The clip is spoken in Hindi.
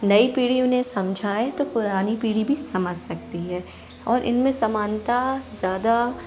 नई पीढ़ी उन्हें समझाए तो पुरानी पीढ़ी भी समझ सकती है और इनमें समानता ज़्यादा